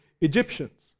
Egyptians